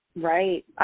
Right